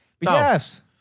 Yes